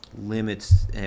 limits